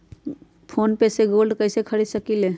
Phone पे से gold कईसे खरीद सकीले?